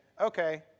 okay